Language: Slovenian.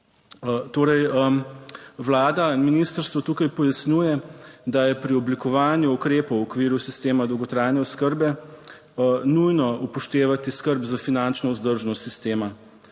Torej Vlada in ministrstvo tukaj pojasnjuje, da je pri oblikovanju ukrepov v okviru sistema dolgotrajne oskrbe nujno upoštevati skrb za finančno vzdržnost sistema,